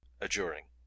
adjuring